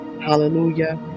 Hallelujah